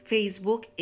Facebook